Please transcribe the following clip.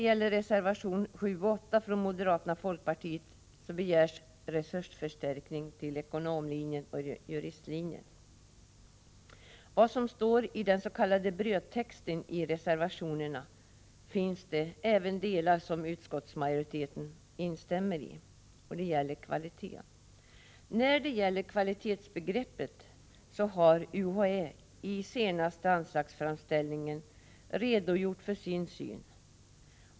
I reservationerna 7 och 8 från moderaterna och folkpartiet begärs resursförstärkning till ekonomlinjen och juristlinjen. I den s.k. brödtexten i reservationerna finns det delar som även utskottsmajoriteten instämmer i; det gäller kvaliteten. När det gäller kvalitetsbegreppet har UHÄ i sin senaste anslagsframställning redogjort för sin syn.